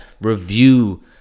review